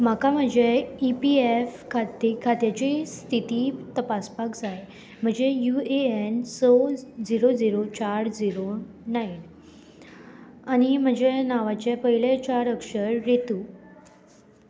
म्हाका म्हजें E P F खाती खात्याची स्थिती तपासपाक जाय म्हजें यु ए एन स झिरो झिरो चार झिरो नायन आनी म्हजें नांवाचें पयलें चार अक्षर रेतू